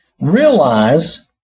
Realize